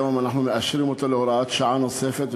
היום אנחנו מאשרים אותו להוראת שעה נוספת,